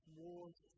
wars